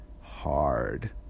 hard